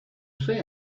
say